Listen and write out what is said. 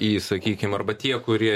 į sakykim arba tie kurie